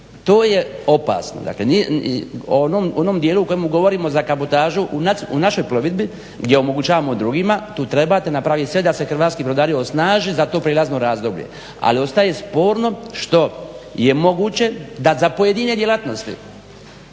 To je opasno. Dakle, u onom dijelu u kojem govorimo za kabotažu u našoj plovidbi gdje omogućavamo drugima tu trebate napraviti sve da se hrvatski brodari osnaže za to prijelazno razdoblje. Ali ostaje sporno što je moguće da za pojedine djelatnosti,